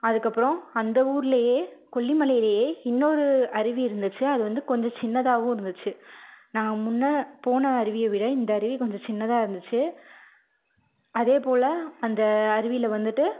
அதுக்கப்புறம் அந்த ஊரிலேயே கொல்லிமலையிலேயே இன்னொரு அருவி இருந்துச்சு அது வந்து கொஞ்சம் சின்னதாகவும் இருந்துச்சு நாங்கள் முன்னர் போன அருவியை விட இந்த அருவி கொஞ்சம் சின்னதாக இருந்துச்சு அதேபோல் அந்த அருவியில் வந்துட்டு